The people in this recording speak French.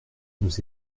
nous